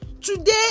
today